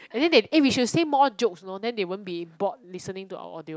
and then they eh we should say more jokes then they won't be bored listening to our audio